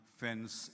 fence